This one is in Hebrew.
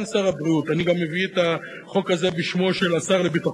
כמו מדד המחירים לצרכן,